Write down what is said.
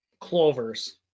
clovers